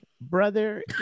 brother